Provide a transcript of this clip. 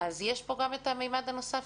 אז יש פה גם את המימד הנוסף,